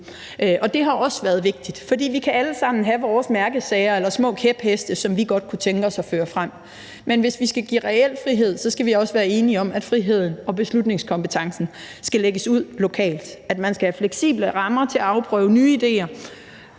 Og det har også været vigtigt, for vi kan alle sammen have vores mærkesager eller små kæpheste, som vi godt kunne tænke os at føre frem. Men hvis vi skal give reel frihed, skal vi også være enige om, at friheden og beslutningskompetencen skal lægges ud lokalt, altså at man skal have fleksible rammer til at afprøve nye idéer,